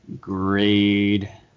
grade